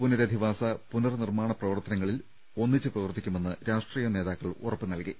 പുനര ധിവാസ പുനർ നിർമ്മാണ പ്രവർത്തനങ്ങളിൽ ഒന്നിച്ച് പ്രവർത്തിക്കുമെന്ന് രാഷ്ട്രീയകക്ഷി നേതാക്കൾ ഉറപ്പ് നൽകി